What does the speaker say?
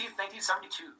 1972